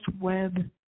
web